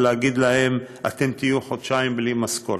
ולהגיד להם: אתם תהיו חודשיים בלי משכורת".